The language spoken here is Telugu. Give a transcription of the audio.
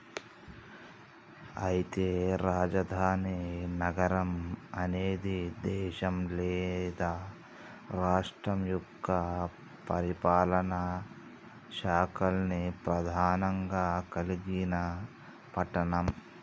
అయితే రాజధాని నగరం అనేది దేశం లేదా రాష్ట్రం యొక్క పరిపాలనా శాఖల్ని ప్రధానంగా కలిగిన పట్టణం